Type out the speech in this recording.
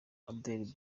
abel